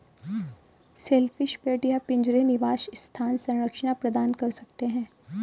shellfish bed या पिंजरे निवास स्थान संरचना प्रदान कर सकते हैं